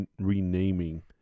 renaming